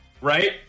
right